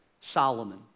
Solomon